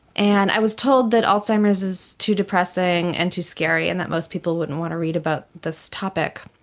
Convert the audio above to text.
and i was told that alzheimer's is too depressing and too scary and that most people wouldn't want to read about this topic,